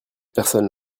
personne